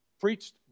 preached